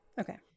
Okay